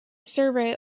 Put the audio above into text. survey